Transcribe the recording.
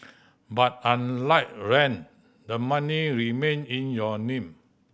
but unlike rent the money remain in your name